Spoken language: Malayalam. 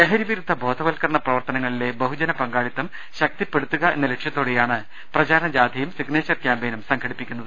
ലഹരിവിരുദ്ധ ബോധവത്ക്കരണപ്രവർത്തനങ്ങളിലെ ബഹുജന പങ്കാളിത്തം ശക്തിപ്പെടുത്തുക എന്ന ലക്ഷ്യത്തോടെയാണ് പ്രചാര ണജാഥയും സിഗ്നേച്ചർ ക്യാമ്പയിനും സംഘടിപ്പിക്കുന്നത്